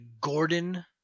Gordon